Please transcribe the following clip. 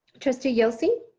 trustee yelsey.